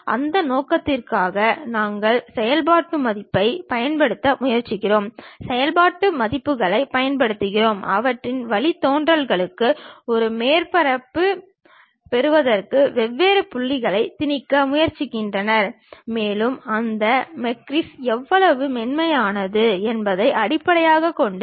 அந்த நோக்கத்திற்காக நாங்கள் செயல்பாட்டு மதிப்புகளைப் பயன்படுத்த முயற்சிக்கிறோம் செயல்பாட்டு மதிப்புகளைப் பயன்படுத்துகிறோம் அவற்றின் வழித்தோன்றல்களும் அந்த மேற்பரப்பைப் பெறுவதற்கு வெவ்வேறு புள்ளிகளைத் திணிக்க முயற்சிக்கின்றன மேலும் அந்த மேட்ரிக்ஸ் எவ்வளவு மென்மையானது என்பதை அடிப்படையாகக் கொண்டது